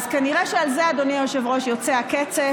אז כנראה שעל זה, אדוני היושב-ראש, יוצא הקצף,